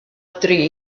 dri